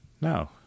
No